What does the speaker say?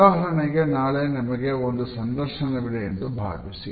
ಉದಾಹರಣೆಗೆ ನಾಳೆ ನಿಮಗೆ ಒಂದು ಸಂದರ್ಶನವಿದೆ ಎಂದು ಭಾವಿಸಿ